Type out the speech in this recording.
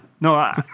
No